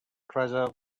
treasure